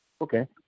Okay